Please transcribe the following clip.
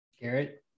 Garrett